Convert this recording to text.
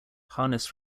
harness